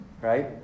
Right